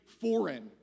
foreign